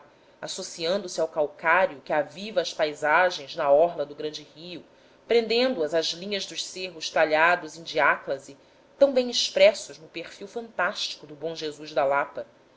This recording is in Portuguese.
associando-se ao calcário que aviva as paisagens na orla do grande rio prendendo as às linhas dos cerros talhados em diáclase tão bem expressos no perfil fantástico do bom jesus da lapa